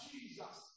Jesus